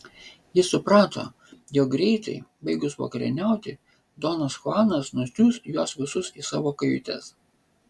jis suprato jog greitai baigus vakarieniauti donas chuanas nusiųs juos visus į savo kajutes